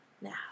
now